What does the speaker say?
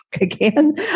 again